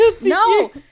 No